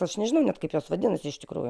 aš nežinau net kaip jos vadinasi iš tikrųjų